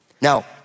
Now